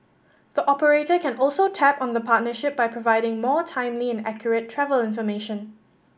the operator can also tap on the partnership by providing more timely and accurate travel information